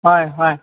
ꯍꯣꯏ ꯍꯣꯏ